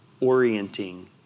orienting